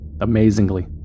amazingly